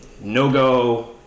no-go